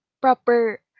proper